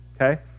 Okay